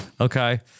Okay